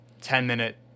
ten-minute